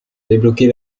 débloquer